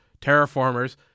terraformers